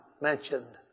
mentioned